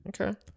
Okay